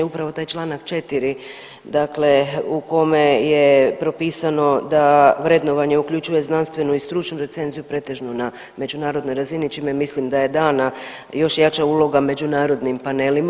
Upravo taj članak 4. dakle u kome je propisano da vrednovanje uključuje znanstvenu i stručnu recenziju pretežno na međunarodnoj razini čime mislim da je dana još jača uloga međunarodnim panelima.